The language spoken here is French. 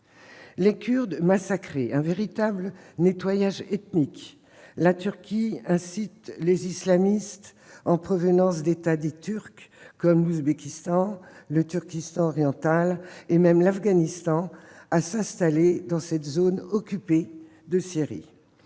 Les Kurdes sont massacrés, un véritable nettoyage ethnique est à l'oeuvre ... La Turquie incite des islamistes en provenance d'États dits « turcs » comme l'Ouzbékistan, le Turkestan oriental ou même l'Afghanistan à s'installer dans cette zone occupée de Syrie,